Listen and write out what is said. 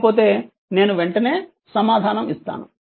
లేకపోతే నేను వెంటనే సమాధానం ఇస్తాను